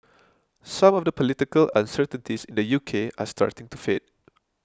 some of the political uncertainties in the U K are starting to fade